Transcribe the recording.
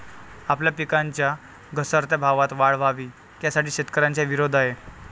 आपल्या पिकांच्या घसरत्या भावात वाढ व्हावी, यासाठी शेतकऱ्यांचा विरोध आहे